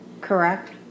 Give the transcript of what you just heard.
Correct